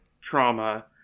trauma